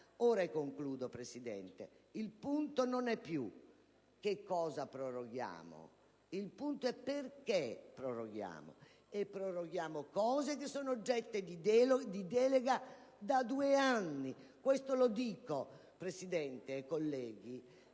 dicendo che ora il punto non è più che cosa proroghiamo: il punto è perché proroghiamo, e proroghiamo cose che sono oggetto di delega da due anni. Questo lo dico, signor Presidente, colleghi,